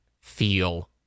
feel